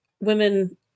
women